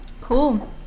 Cool